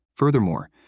Furthermore